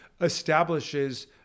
establishes